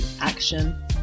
action